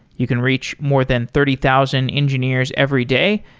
you can reach more than thirty thousand engineers every day,